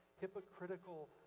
hypocritical